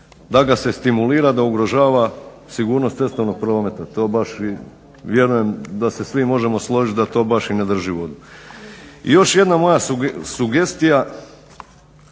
da ga se stimulira da ugrožava sigurnost cestovnog prometa. To baš i, vjerujem da se svi možemo složiti da to baš i ne drži vodu. Još jedna moja sugestija,